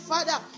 Father